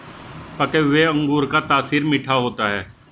पके हुए अंगूर का तासीर मीठा होता है